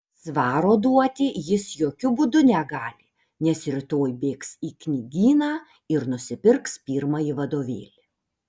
svaro duoti jis jokiu būdu negali nes rytoj bėgs į knygyną ir nusipirks pirmąjį vadovėlį